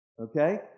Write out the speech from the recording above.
okay